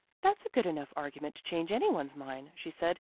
that's a good enough argument to change any one's mind, she said.